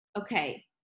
okay